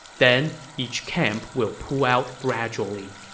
then each camp will pull out gradually,